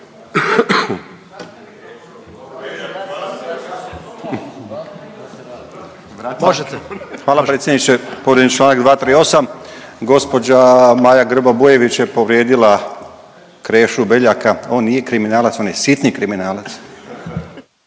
Hvala predsjedniče, povrijeđen je čl. 238., gđa. Maja Grba-Bujević je povrijedila Krešu Beljaka, on nije kriminalac, on je sitni kriminalac.